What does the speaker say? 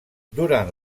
durant